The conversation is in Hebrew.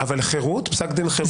אבל לחרות, לפסק דין חרות?